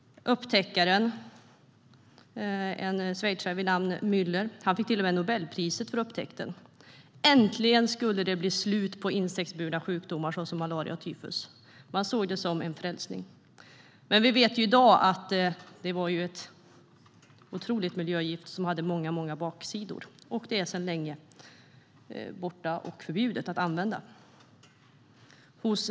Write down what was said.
Upptäckaren, en schweizare vid namn Müller, fick till och med Nobelpriset för upptäckten - äntligen skulle det bli slut på insektsburna sjukdomar som malaria och tyfus! Man såg det som en frälsning. I dag vet vi dock att DDT var otroligt miljögiftigt och hade många baksidor, och det är sedan länge förbjudet att använda.